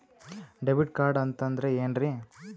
Debit card ಅಂತಂದ್ರೆ ಏನ್ರೀ?